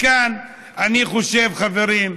מכאן אני חושב, חברים,